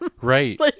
Right